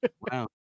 Wow